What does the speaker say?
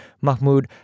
Mahmoud